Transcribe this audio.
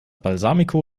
balsamico